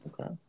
Okay